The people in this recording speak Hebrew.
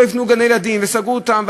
לא הפעילו גני-ילדים וסגרו אותם,